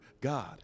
God